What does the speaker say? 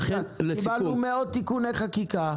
קיבלנו מאות תיקוני חקיקה,